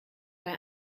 bei